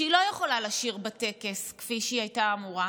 שהיא לא יכולה לשיר בטקס כפי שהיא הייתה אמורה,